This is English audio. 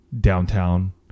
downtown